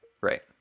Right